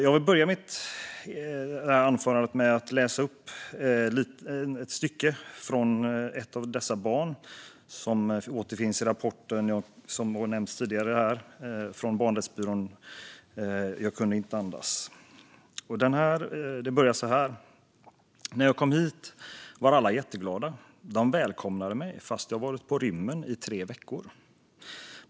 Jag vill börja mitt anförande med att läsa upp ett stycke ur en berättelse från ett av dessa barn. Den återfinns i den rapport från Barnrättsbyrån som nämnts tidigare, .och jag kunde inte andas . "När jag kom dit var alla jätteglada, de välkomnade mig fast jag varit på rymmen i tre veckor.